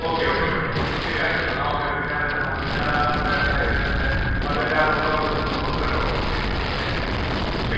okay okay okay okay ശരി ആയിക്കോട്ടെ okay okay ഞാൻ നോക്കട്ടെ ഞാനാ മറ്റേ പാചകക്കാക്കാരനെ ഒന്നുകൂടെ ഒന്ന് വിളിച്ച് നോക്കട്ടെ കേട്ടോ ഓക്കെ താങ്ക് യു ശരി